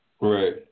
Right